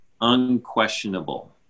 unquestionable